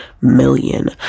million